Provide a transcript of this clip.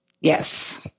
Yes